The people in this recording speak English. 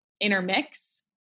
intermix